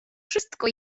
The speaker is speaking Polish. wszystko